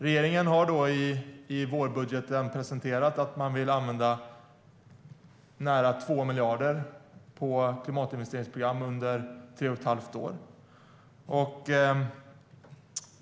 Regeringen har i vårbudgeten presenterat att man vill använda nära 2 miljarder till klimatinvesteringsprogram under tre och ett halvt år.